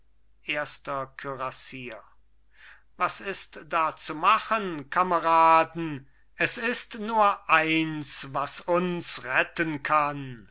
erster kürassier was ist da zu machen kameraden es ist nur eins was uns retten kann